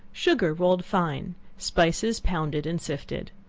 sugar rolled fine, spices pounded and sifted.